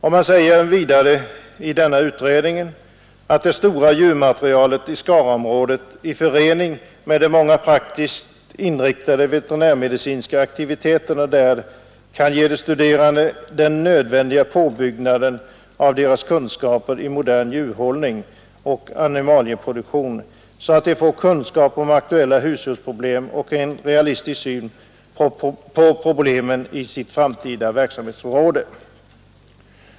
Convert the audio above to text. Utredningen säger vidare att det stora djurmaterialet i Skaraområdet i förening med de många praktiskt inriktade veterinärmedicinska aktiviteterna där kan ge de studerande den nödvändiga påbyggnaden av deras kunskaper i modern djurhållning och animalieproduktion, så att de får kunskaper om aktuella husdjursproblem och en realistisk syn på problemen på sitt framtida verksamhetsområde.